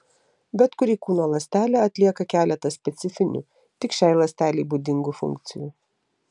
bet kuri kūno ląstelė atlieka keletą specifinių tik šiai ląstelei būdingų funkcijų